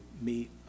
meet